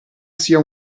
sia